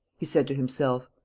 he said to himself.